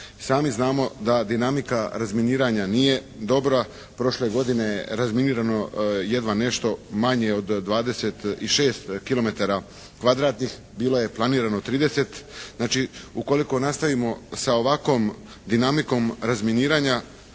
sami znamo da dinamika razminiranja nije dobra. Prošle godine je razminirano jedva nešto manje od 26 kilometara kvadratnih, bilo je planirano 30. Znači, ukoliko nastavimo sa ovakvom dinamikom razminiranja